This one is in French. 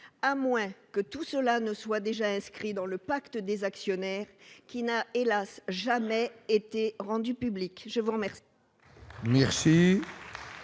à moins que tout cela ne soit déjà inscrit dans le pacte des actionnaires qui n'a, hélas, jamais été rendu public ? La parole